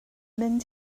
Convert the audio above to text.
mynd